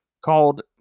called